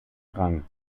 rang